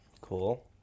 Cool